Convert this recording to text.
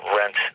rent